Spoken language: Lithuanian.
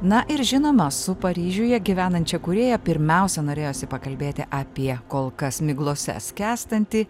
na ir žinoma su paryžiuje gyvenančia kūrėja pirmiausia norėjosi pakalbėti apie kol kas miglose skęstantį